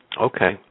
Okay